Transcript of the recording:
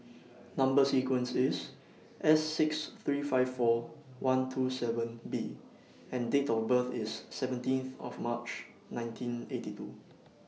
Number sequence IS S six three five four one two seven B and Date of birth IS seventeenth of March nineteen eighty two